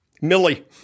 Millie